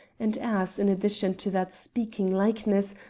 and as, in addition to that speaking likeness,